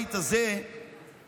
בבית הזה היו,